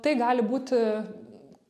tai gali būti